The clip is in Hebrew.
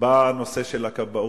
בא הנושא של הכבאות.